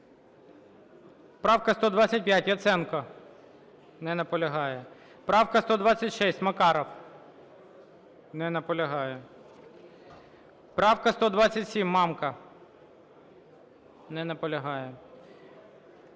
Правка 125, Яценко. Не наполягає. Правка 126, Макаров. Не наполягає. Правка 127, Мамка. Не наполягає.